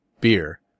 beer